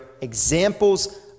examples